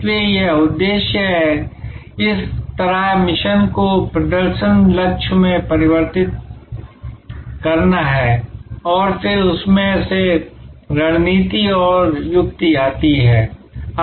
इसलिए यह उद्देश्य है इस तरह मिशन को प्रदर्शन लक्ष्य में परिवर्तित करना है और फिर उसमें से रणनीति और युक्ति आती है